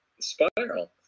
spiral